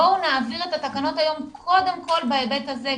בואו נעביר את התקנות היום קודם כול בהיבט הזה,